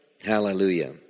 Hallelujah